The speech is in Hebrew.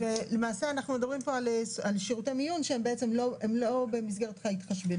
למעשה אנחנו מדברים פה על שירותי מיון שהם לא במסגרת ההתחשבנות,